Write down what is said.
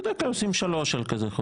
בדרך כלל עושים שלוש על חוק כזה.